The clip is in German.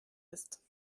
ist